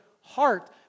heart